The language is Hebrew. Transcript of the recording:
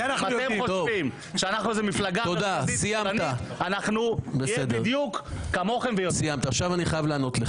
אתם חושבים שאנחנו איזה מפלגה --- נהיה בדיוק כמוכם ויותר.